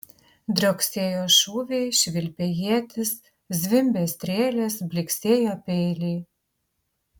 drioksėjo šūviai švilpė ietys zvimbė strėlės blyksėjo peiliai